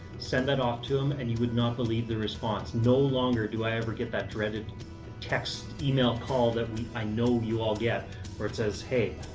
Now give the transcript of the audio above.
send that off to them and you would not believe the response. no longer do i ever get that dreaded text-email call that i know you all get where it says, hey,